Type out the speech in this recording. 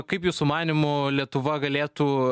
kaip jūsų manymu lietuva galėtų